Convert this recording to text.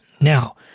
Now